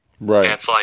Right